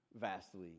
vastly